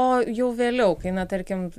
o jau vėliau kai na tarkim